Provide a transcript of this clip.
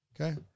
Okay